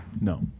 No